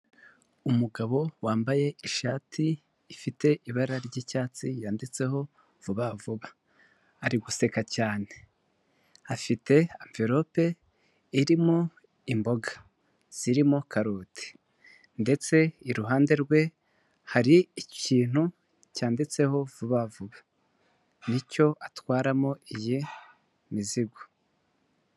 Umugabo wambaye ishati ifite ibara ry'icyatsi yanditseho Vuba Vuba, ari guseka cyane, afite anvelope irimo imboga zirimo karoti ndetse iruhande rwe hari ikintu cyanditseho Vuba Vuba, nicyo atwaramo iyi mizigo.